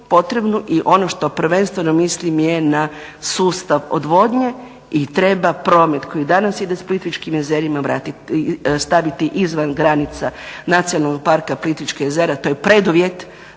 i ono što prvenstveno mislim je na sustav odvodnje i treba promet koji danas ide s Plitvičkim jezerima staviti izvan granica Nacionalnog parka Plitvička jezera. To je preduvjet